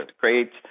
great